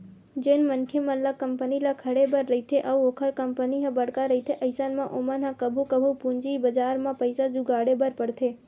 जेन मनखे मन ल कंपनी ल खड़े बर रहिथे अउ ओखर कंपनी ह बड़का रहिथे अइसन म ओमन ह कभू कभू पूंजी बजार म पइसा जुगाड़े बर परथे